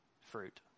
fruit